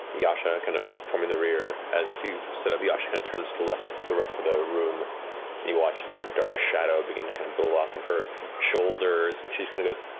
yasha kind of forming the rear. as you set up, yasha and turns to the rest of the room and you watch this kind of dark shadow begin to kind of build off of her shoulders and she kind of goes